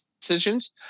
decisions